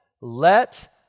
let